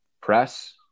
press